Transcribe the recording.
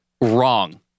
Wrong